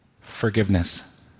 forgiveness